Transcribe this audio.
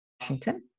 Washington